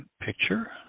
picture